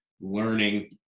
learning